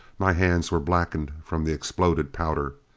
my hands were blackened from the exploded powder.